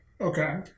Okay